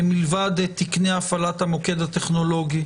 מלבד תקני הפעלת המוקד הטכנולוגי,